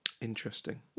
interesting